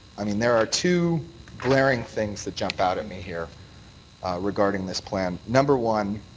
i mean there are two glaring things that jump out at me here regarding this plan. number one,